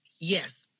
Yes